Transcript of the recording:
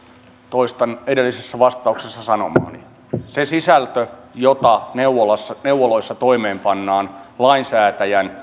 toistan edellisessä vastauksessa sanomani se sisältö jota neuvoloissa neuvoloissa toimeenpannaan lainsäätäjän